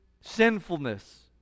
sinfulness